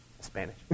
Spanish